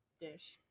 Dish